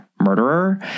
murderer